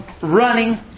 running